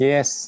Yes